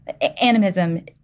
animism